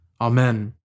Amen